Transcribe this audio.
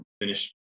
finish